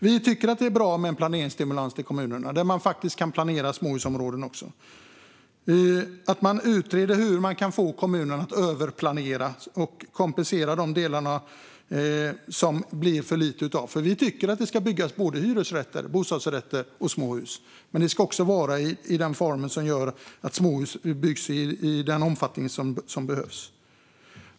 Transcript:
Vi tycker att det är bra med en planeringsstimulans till kommunerna, där man planerar småhusområden också. Sedan ska man utreda hur kommunerna kan överplanera och kompensera de delar som det blir för lite av. Vi tycker att det ska byggas hyresrätter, bostadsrätter och småhus, men det ska vara i den formen som gör att småhus byggs i den omfattning som behövs.